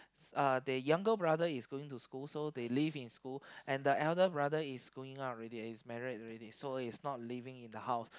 uh the younger brother is going to school so they live in school and the elder brother is going out already he's married already so he's not living in the house